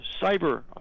cyber